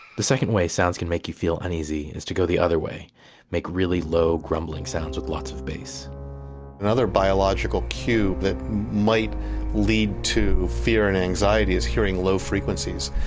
the second way sounds can make you feel uneasy is to go the other way make really low, grumbling sounds with lots of bass another biological cue that might lead to fear and anxiety is hearing low frequencies.